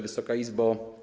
Wysoka Izbo!